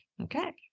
okay